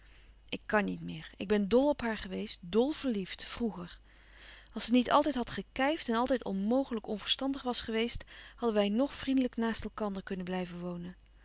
ik kan niet meer ik ben dol op haar geweest dol verliefd vroeger als ze niet altijd had gekijfd en altijd onmogelijk onverstandig was geweest hadden wij nog vriendelijk naast elkander kunnen blijven wonen